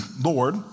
Lord